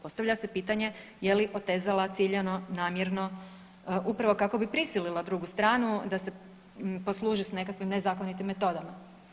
Postavlja se pitanje, je li otezala ciljano, namjerno upravo kako bi prisilila drugu stranu da se posluži se nekakvim nezakonitim metodama?